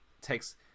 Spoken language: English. takes